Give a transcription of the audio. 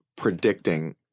predicting